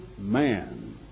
man